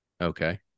Okay